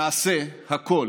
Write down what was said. נעשה הכול.